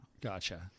Gotcha